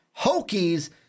Hokies